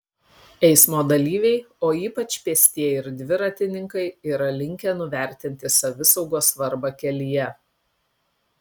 eismo dalyviai o ypač pėstieji ir dviratininkai yra linkę nuvertinti savisaugos svarbą kelyje